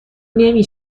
نمی